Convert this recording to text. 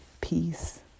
peace